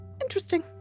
interesting